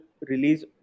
release